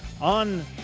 on